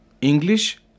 English